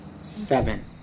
Seven